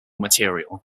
material